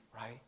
right